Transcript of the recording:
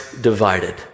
divided